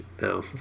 no